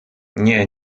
nie